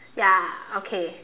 ya okay